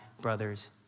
brothers